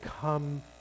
come